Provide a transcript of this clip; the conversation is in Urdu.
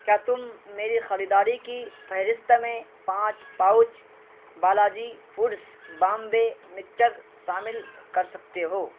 کیا تم میری خریداری کی فہرست میں پانچ pouch Balaji Foods Bombay mixture شامل کر سکتے ہو